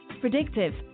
Predictive